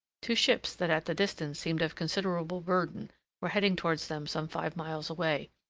two ships that at the distance seemed of considerable burden were heading towards them some five miles away.